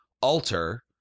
alter